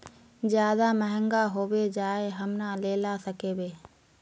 ज्यादा महंगा होबे जाए हम ना लेला सकेबे?